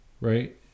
right